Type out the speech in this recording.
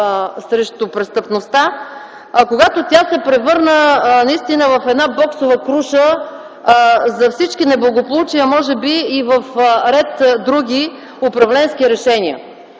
срещу престъпността, когато тя се превърна наистина в една боксова круша за всички неблагополучия, може би и за ред други управленски решения.